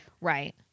Right